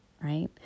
right